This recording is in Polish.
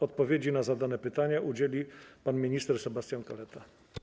Odpowiedzi na zadane pytania udzieli pan minister Sebastian Kaleta.